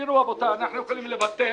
תראו, רבותיי, אנחנו יכולים לבטל